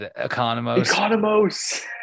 economos